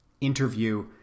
interview